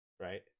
Right